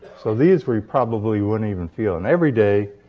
so these, we probably wouldn't even feel. and every day,